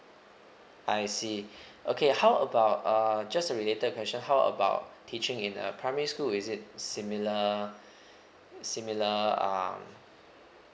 I see okay how about uh just a related question how about teaching in a primary school is it similar similar um